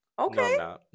Okay